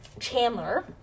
Chandler